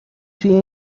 توی